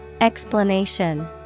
Explanation